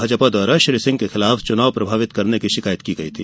भाजपा द्वारा उमरिया कलेक्टर के खिलाफ चुनाव प्रभावित करने की शिकायत की गई थी